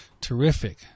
Terrific